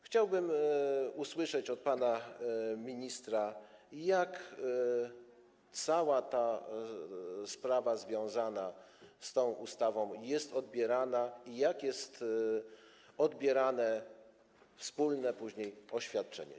Chciałbym usłyszeć od pana ministra, jak cała sprawa związana z tą ustawą jest odbierana i jak jest odbierane wydanie później wspólnego oświadczenia.